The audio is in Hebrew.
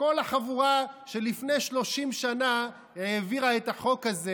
וכל החבורה שלפני 30 שנה העבירה את החוק הזה,